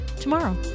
tomorrow